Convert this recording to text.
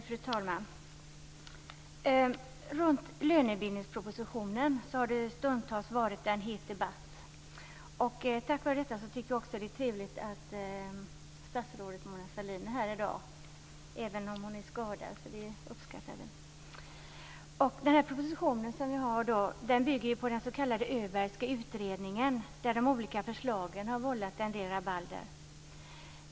Fru talman! Runt lönebildningspropositionen har det stundtals varit en het debatt. Tack vare detta tycker jag också att det är trevligt att statsrådet Mona Sahlin är här i dag - även om hon är skadad. Propositionen bygger på den s.k. öbergska utredningen, där de olika förslagen har vållat en del rabalder.